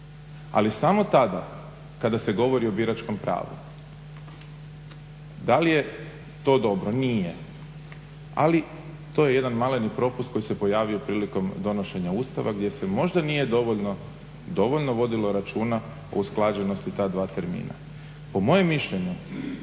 ali samo tada kada se govori o biračkom pravu. Da li je to dobro, nije, ali to je jedan maleni propust koji se pojavio prilikom donošenja Ustava gdje se možda nije dovoljno vodilo računa o usklađenosti ta dva termina. Po mojem mišljenju